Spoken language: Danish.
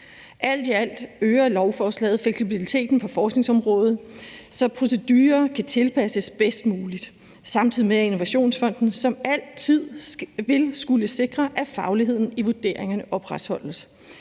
Alt i alt øger lovforslaget fleksibiliteten på forskningsområdet, så procedurer kan tilpasses bedst muligt, samtidig med at Innovationsfonden, som altid, vil skulle sikre, at fagligheden i vurderingerne opretholdes.